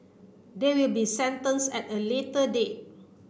they will be sentenced at a later date